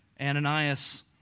Ananias